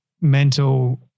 mental